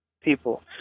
people